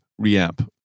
reamp